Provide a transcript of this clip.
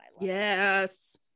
Yes